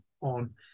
on